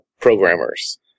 programmers